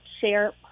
share